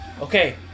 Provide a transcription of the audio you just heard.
okay